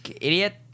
idiot